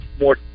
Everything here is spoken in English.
more